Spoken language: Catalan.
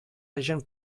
hagen